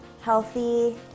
Healthy